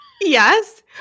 Yes